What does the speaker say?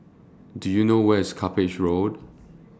Do YOU know Where IS Cuppage Road